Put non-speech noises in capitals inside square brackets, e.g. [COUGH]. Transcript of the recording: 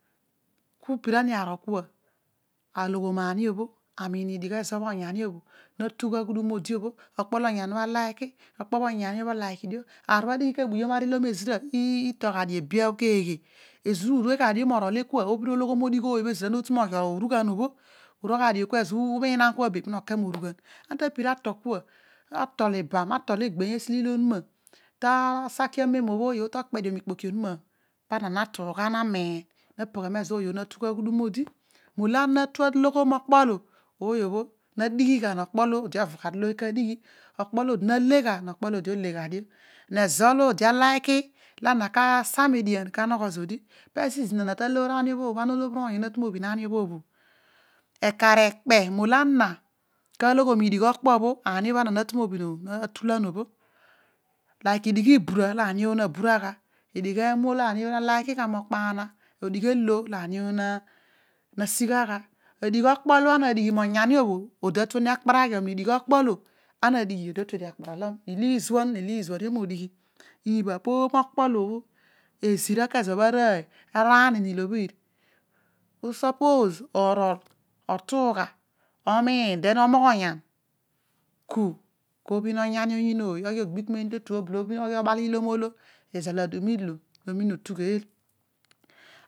Ku pira ni arol kua aloghom ani bho amiin oa:gh ezo bho ogyan: bho natugh aghudun od: bho okpo onyani bho ak:k: okpo onyani bho olile: dio rov obho adighi leebuyom arilom eziri itol gha oli o obia keghe ozira urue gha dio morol ekua ibhira olo odigh ooy ezira natu moghi otughan obho, urol gladio kua, elobho umiinan kua be nonoke morughan ana tepira atol kua atol ibam etol egbeeny esi, tasaki amen obho odi tokpe dio mokoka temu onuma bho pona matugha nahiin ana pagha mego ody bho natugh aghudun odi molo ana tatue aloghon okpo lo ooy bhe nadigh gha nokpo odi ova gha dio molo mooy ladighi okpo loodi nale gha nokpo lo odi olegha dio ezo olo odi alilei molo ana ka asa median kanogho zodi pezo idi na taloor anibhobh bzo, anane olobhir oony obho natu mobhin ani- bhobh ekar ekpe molo ana kologhon idigh okpobho eni bho ana natu mobhin bho atuan bho [UNINTELLIGIBLE] omiin den omoghonyan ku, kobhin onyani oyiin ooy oghi ogbikim: totu blodio oghi obal ilom olo izal aduma ilo nomina otu gheel.